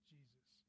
Jesus